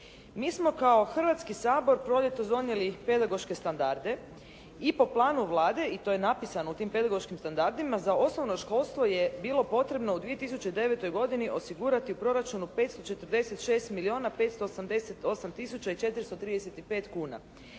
Mi smo kao Hrvatski sabor proljetos donijeli pedagoške standarde i po planu Vlade i to je napisano u tim pedagoškim standardima, za osnovno školstvo je bilo potrebno u 2009. godini osigurati u proračunu 546 milijuna